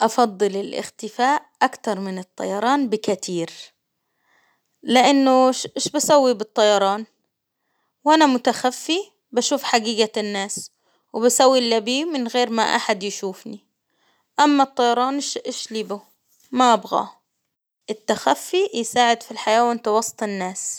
أفضل الإختفاء اكتر من الطيران بكتير، لإنه اش- إيش بسوي بالطيران؟ وأنا متخفي بشوف حجيجة الناس، وبسوي اللي بيه من غير ما أحد يشوفني، أما الطيران اش -إشليبه ما أبغاه، التخفي يساعد في الحياة وإنت وسط الناس.